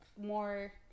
more